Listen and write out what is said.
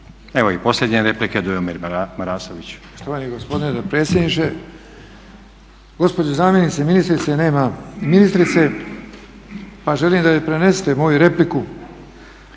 Evo i posljednja replika, Dujomir Marasović.